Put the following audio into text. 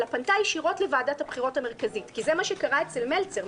אלא פנתה ישירות לוועדת הבחירות המרכזית כי זה מה שקרה אצל מלצר,